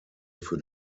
für